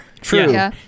True